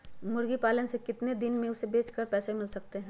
मुर्गी पालने से कितने दिन में हमें उसे बेचकर पैसे मिल सकते हैं?